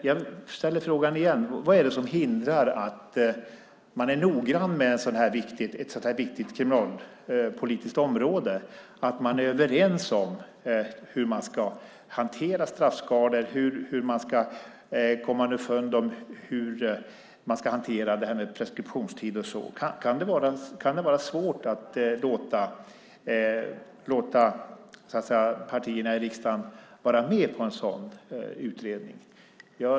Jag ställer frågan igen: Vad är det som hindrar att man är noggrann med ett så viktigt kriminalpolitiskt område - att man är överens om hur man ska hantera straffskalor, hur man ska komma underfund med hur man ska hantera preskriptionstider och så vidare? Kan det vara svårt att låta partierna i riksdagen vara med i en sådan utredning?